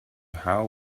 how